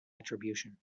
attribution